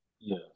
Yes